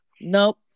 nope